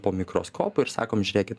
po mikroskopu ir sakom žiūrėkit